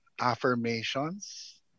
affirmations